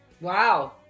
Wow